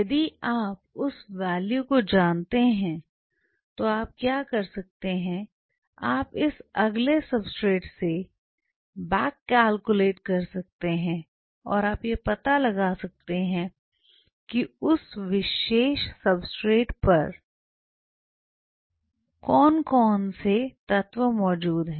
यदि आप उस वैल्यू को जानते हैं तो आप क्या कर सकते हैं आप इस अगले सब्सट्रेट से बैक कैलकुलेट कर सकते हैं और आप यह पता लगा सकते हैं कि उस विशेष सब्सट्रेट पर कौन कौन से तत्व मौजूद हैं